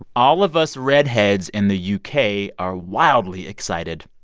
all of us redheads in the u k. are wildly excited.